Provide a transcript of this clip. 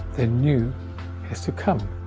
the new has to come.